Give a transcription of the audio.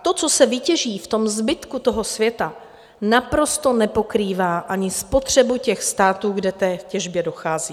To, co se vytěží v tom zbytku toho světa, naprosto nepokrývá ani spotřebu těch států, kde k té těžbě dochází.